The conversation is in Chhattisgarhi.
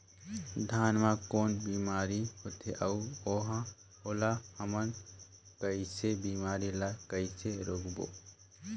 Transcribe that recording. धान मा कौन बीमारी होथे अउ ओला हमन कइसे बीमारी ला कइसे रोकबो?